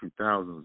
2000s